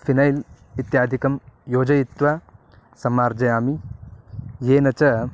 phenyl इत्यादिकं योजयित्वा सम्मार्जयामि येन च